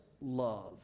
love